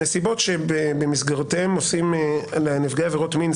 הנסיבות במסגרתן עושים נפגעי עבירות מין,